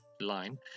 line